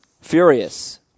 Furious